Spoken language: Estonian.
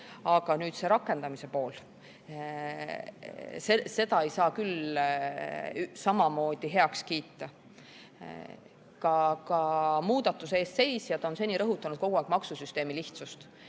Aga nüüd see rakendamise pool. Seda ei saa küll samamoodi heaks kiita. Ka muudatuse eest seisjad on seni rõhutanud kogu aeg maksusüsteemi lihtsust.